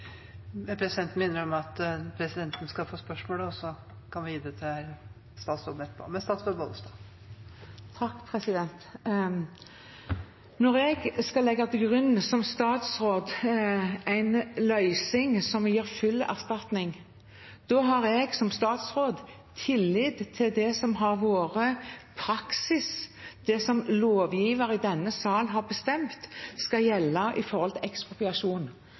Presidenten minner om at spørsmålet skal gå via presidenten. Når jeg som statsråd skal legge til grunn en løsning som gir full erstatning, har jeg som statsråd tillit til det som har vært praksis, det som lovgiver i denne sal har bestemt skal gjelde ved ekspropriasjon. Det har jeg tro på gir den mest rettferdige erstatningen, og full erstatning. Det mener jeg ligger til